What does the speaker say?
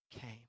came